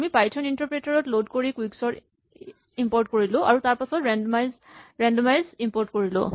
আমি Python interpreter load কৰি quicksort import কৰিলো আৰু তাৰপাছত ৰেন্ডমাইজ ইমপৰ্ট কৰিলো